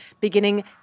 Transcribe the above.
beginning